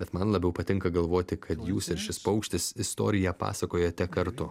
bet man labiau patinka galvoti kad jūs ir šis paukštis istoriją pasakojate kartu